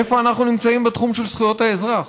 איפה אנחנו נמצאים בתחום של זכויות האזרח?